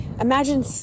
imagine